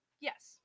Yes